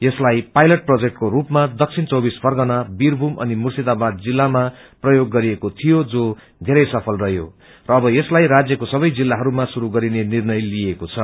यसलाई पायलट प्रोजेक्टको रूपमा दक्षिण चौबीस परगना वीरभूम अनि मुर्शिदाबाद जिल्लामा प्रयोग गरिएको थियो जो धेरै सफल रहयो र अब यसलाई राज्यको सबै जिल्लाहरूमा शुरू गरिने निर्णय लिइएको छ